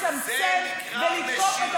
זה נקרא משילות.